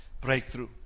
breakthrough